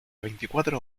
veinticuatro